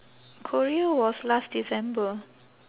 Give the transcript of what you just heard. korea was last december